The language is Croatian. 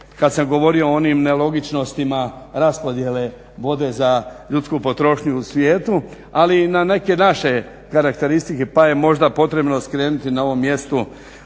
kad sam govorio o onim nelogičnostima raspodjele vode za ljudsku potrošnju u svijetu, ali i na neke naše karakteristike pa je možda potrebno skrenuti na ovom mjestu